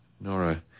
Nora